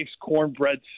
cornbread